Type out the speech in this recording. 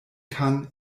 kann